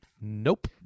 nope